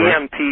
EMP